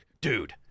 dude